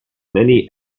many